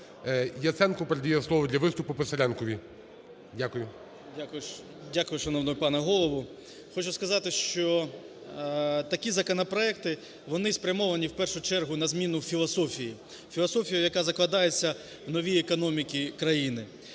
Яценко передає слово для виступу Писаренкові. Дякую. 13:24:20 ПИСАРЕНКО В.В. Дякую, шановний пане Голово. Хочу сказати, що такі законопроекти, вони спрямовані, в першу чергу, на зміну філософії – філософії, яка закладається в новій економіці країни.